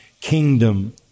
kingdom